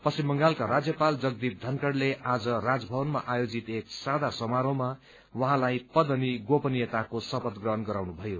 पश्चिम बंगालका राज्यपाल जगदीप धनखड़ले आज राजभवनमा आयोजित एक सादा समारोहमा उहाँलाई पद अनि गोपनीयताको शपथ ग्रहण गराउनुभयो